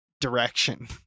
direction